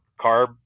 carb